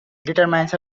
determinants